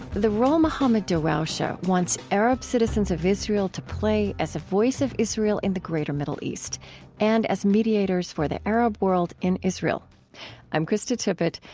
the role mohammad darawshe ah wants arab citizens of israel to play as a voice of israel in the greater middle east and as mediators for the arab world in israel i'm krista tippett.